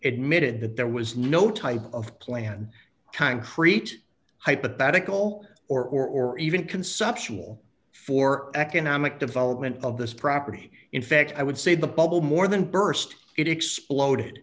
admitted that there was no type of plan a concrete hypothetical or or even conceptual for economic development of this property in fact i would say the bubble more than burst it exploded